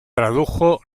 tradujo